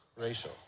Racial